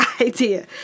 idea